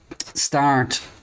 start